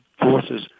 forces